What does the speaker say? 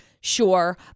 Sure